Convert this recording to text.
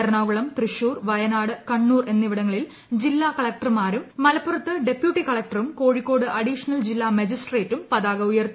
എറണാകുളം തൃശൂർ വയനാട് കണ്ണൂർ എന്നിവിടങ്ങളിൽ ജില്ലാ കളക്ടർമാരും മലപ്പുറത്ത് ഡെപ്യൂട്ടി കളക്ടറും കോഴിക്കോട് അഡീഷണൽ ജില്ലാ മജിസ്ട്രേറ്റും പതാക ഉയർത്തി